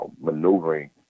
maneuvering